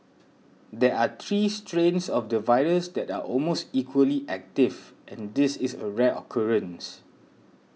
there are three strains of the virus that are almost equally active and this is a rare occurrence